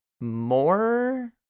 more